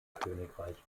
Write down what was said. königreich